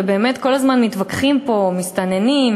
ובאמת כל הזמן מתווכחים פה: מסתננים,